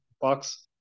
box